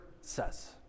says